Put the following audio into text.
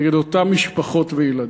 נגד אותם משפחות וילדים.